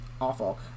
Awful